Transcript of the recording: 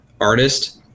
artist